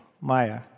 Maya